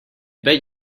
bet